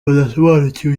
badasobanukiwe